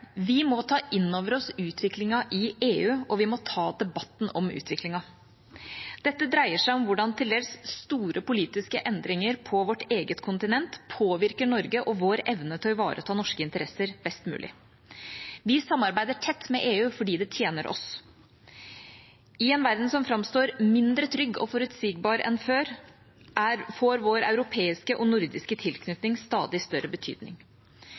Vi må ta inn over oss utviklingen i EU, og vi må ta debatten om utviklingen. Dette dreier seg om hvordan til dels store politiske endringer på vårt eget kontinent påvirker Norge, og vår evne til å ivareta norske interesser best mulig. Vi samarbeider tett med EU fordi det tjener oss. I en verden som framstår som mindre trygg og forutsigbar enn før, får vår europeiske og nordiske tilknytning stadig større betydning.